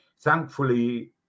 thankfully